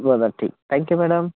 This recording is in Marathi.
बरं ठीक थँक यू मॅडम